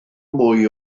mwy